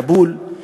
כאבול,